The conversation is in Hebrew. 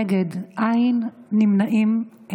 נגד, אין, נמנעים,